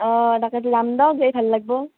অঁ তাকেটো যাম দিয়ক গৈ ভাল লাগিব